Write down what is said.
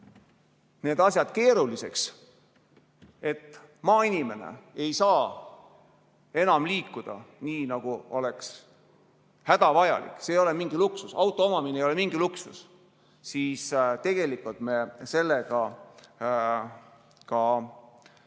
need asjad keeruliseks ja maainimene ei saa enam liikuda nii, nagu tema jaoks hädavajalik – see ei ole mingi luksus, auto omamine ei ole mingi luksus –, siis tegelikult me sellega tapame